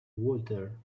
walter